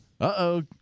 Uh-oh